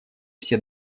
все